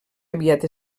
aviat